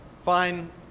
Fine